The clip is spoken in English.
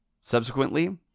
Subsequently